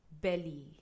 belly